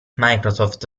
microsoft